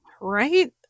Right